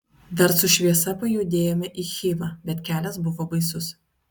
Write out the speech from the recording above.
dar su šviesa pajudėjome į chivą bet kelias buvo baisus